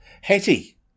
Hetty